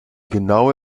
genaue